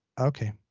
okay